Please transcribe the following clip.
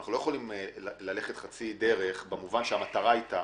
אנחנו לא יכולים ללכת חצי דרך במובן שהמטרה היתה